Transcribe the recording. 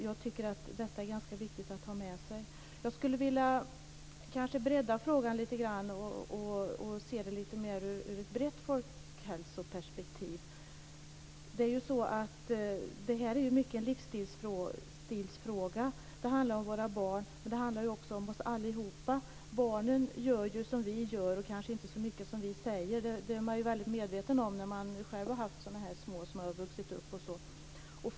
Jag tycker att detta är ganska viktigt att ta med sig. Jag skulle vilja bredda frågan lite grann och se den mer ur ett brett folkhälsoperspektiv. Detta är ju mycket en livsstilsfråga. Det handlar om våra barn, och det handlar om oss allihop. Barnen gör ju som vi gör och kanske inte så mycket som vi säger. Det är man väldigt medveten om ifall man själv har haft små barn som vuxit upp.